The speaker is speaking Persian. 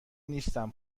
نیستم